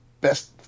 best